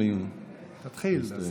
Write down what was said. תתחיל.